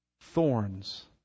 Thorns